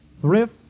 thrift